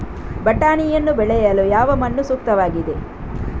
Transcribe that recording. ಬಟಾಣಿಯನ್ನು ಬೆಳೆಯಲು ಯಾವ ಮಣ್ಣು ಸೂಕ್ತವಾಗಿದೆ?